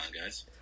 guys